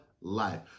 life